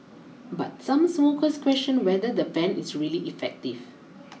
but some smokers question whether the ban is really effective